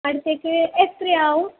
ആടത്തേക്ക് എത്രയാവും